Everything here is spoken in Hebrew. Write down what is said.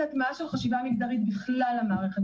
הטמעה של חשיבה מגדרית בכלל המערכת,